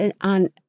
on